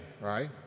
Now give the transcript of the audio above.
right